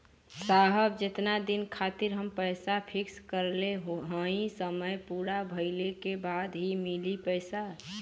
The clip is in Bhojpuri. साहब जेतना दिन खातिर हम पैसा फिक्स करले हई समय पूरा भइले के बाद ही मिली पैसा?